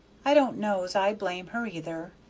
i don't know's i blame her either.